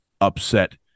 upset